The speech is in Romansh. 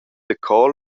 daco